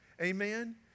amen